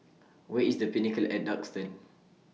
Where IS The Pinnacle At Duxton